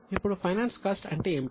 ఇప్పుడు finance cost అంటే ఏమిటి